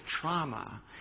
trauma